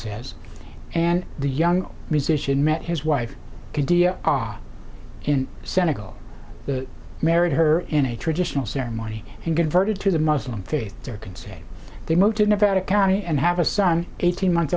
says and the young musician met his wife are in senegal married her in a traditional ceremony and converted to the muslim faith there can say they mow to nevada county and have a son eighteen months